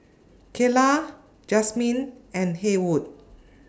Keyla Jazmyn and Haywood